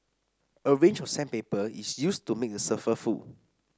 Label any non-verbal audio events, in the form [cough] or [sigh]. a range of sandpaper is used to make the surface [unintelligible]